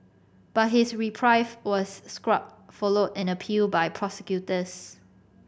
but his reprieve was scrubbed follow an appeal by prosecutors